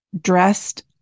dressed